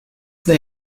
they